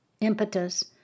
impetus